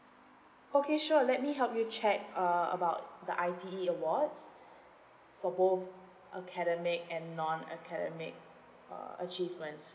okay sure let me help you check uh about the I_T_E awards for both academic and non academic uh achievements